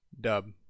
Dub